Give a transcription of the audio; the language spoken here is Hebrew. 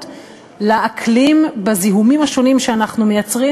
לאקלים בזיהומים השונים שאנחנו מייצרים,